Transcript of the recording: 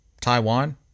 Taiwan